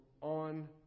on